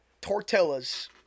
tortillas